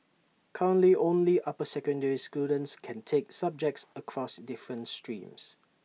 currently only upper secondary students can take subjects across different streams